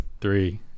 Three